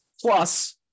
Plus